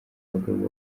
abagabo